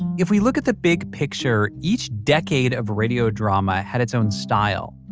if we look at the big picture, each decade of radio drama had its own style.